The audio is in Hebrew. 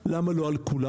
למה לא על כולם,